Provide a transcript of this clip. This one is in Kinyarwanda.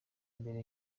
mbere